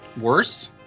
Worse